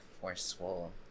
forceful